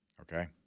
okay